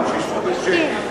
שישבו בשקט.